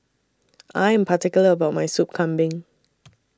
I Am particular about My Sup Kambing